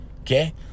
Okay